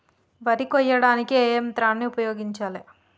వరి కొయ్యడానికి ఏ యంత్రాన్ని ఉపయోగించాలే?